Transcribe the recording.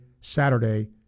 Saturday